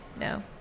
No